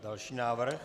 Další návrh.